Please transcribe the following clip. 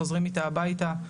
חוזרים איתה הביתה.